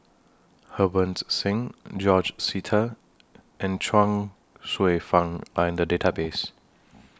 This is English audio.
Harbans Singh George Sita and Chuang Hsueh Fang Are in The Database